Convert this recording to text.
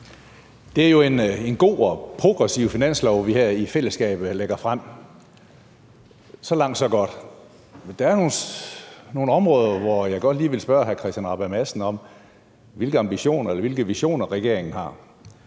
Det er jo en god og progressiv finanslov, vi lægger frem her i fællesskab. Så langt, så godt. Men der er nogle områder, hvor jeg godt lige vil spørge hr. Christian Rabjerg Madsen om,